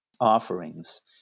offerings